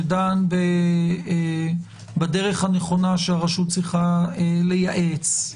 שדן בדרך הנכונה שהרשות צריכה לייעץ,